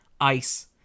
ice